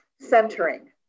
centering